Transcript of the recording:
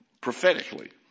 prophetically